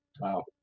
Wow